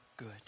Good